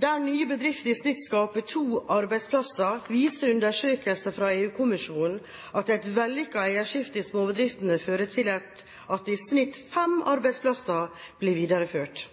der nye bedrifter i snitt skaper to arbeidsplasser, viser undersøkelser fra EU-kommisjonen at et vellykket eierskifte i småbedriftene fører til at i snitt fem arbeidsplasser blir videreført.